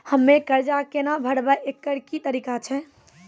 हम्मय कर्जा केना भरबै, एकरऽ की तरीका छै?